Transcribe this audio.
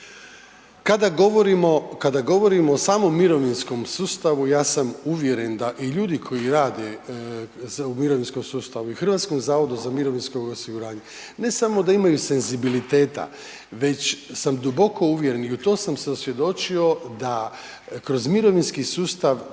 Kada govorimo o samom mirovinskom sustavu, ja sam uvjeren da i ljudi koji rade u mirovinskom sustavu, u HZMO-u, ne samo da imaju senzibiliteta već sam duboko uvjeren i u to sam se osvjedočio da kroz mirovinski sustav